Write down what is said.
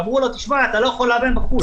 שאמרו לו: אתה לא יכול לאמן בחוץ.